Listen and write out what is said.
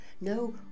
no